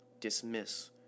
dismiss